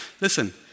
listen